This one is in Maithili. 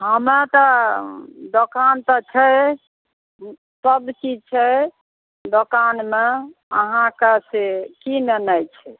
हमरा तऽ दोकान तऽछै सब चीज छै दोकानमे अहाँके से की लेनाइ छै